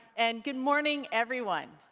and good morning, everyone.